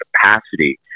capacity